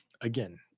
again